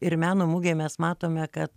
ir meno mugėj mes matome kad